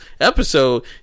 episode